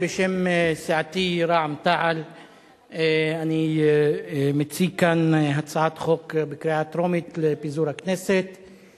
בשם סיעתי רע"ם-תע"ל אני מציע כאן הצעת חוק לפיזור הכנסת לקריאה טרומית.